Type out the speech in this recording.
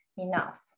enough